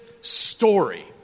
story